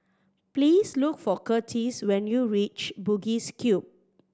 please look for Curtis when you reach Bugis Cube